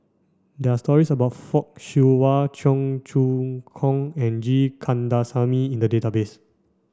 there are stories about Fock Siew Wah Cheong Choong Kong and G Kandasamy in the database